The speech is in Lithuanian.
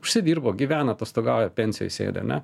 užsidirbo gyvena atostogauja pensijoj sėdi ane